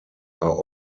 are